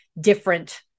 different